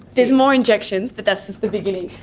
there's more injections, but that's just the beginning.